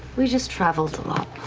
we just traveled a lot.